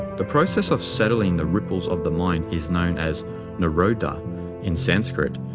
the process of settling the ripples of the mind is known as nirodha in sanskrit,